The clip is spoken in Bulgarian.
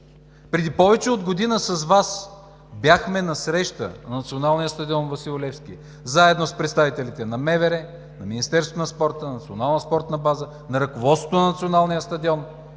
Преди повече от година с Вас бяхме на среща на Националния стадион „Васил Левски“ заедно с представителите на Министерството на вътрешните работи, на Министерството на спорта, на Националната спорта база, на ръководството на Националния стадион